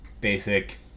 basic